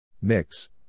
mix